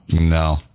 No